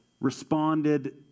responded